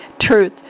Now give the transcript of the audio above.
truth